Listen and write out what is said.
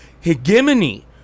hegemony